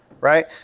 Right